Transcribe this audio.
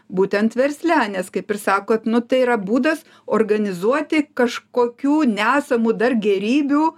būtent versle nes kaip ir sakot nu tai yra būdas organizuoti kažkokių nesamų dar gėrybių